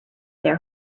their